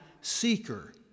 seeker